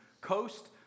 coast